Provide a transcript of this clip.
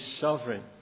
sovereign